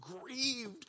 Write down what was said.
grieved